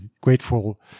grateful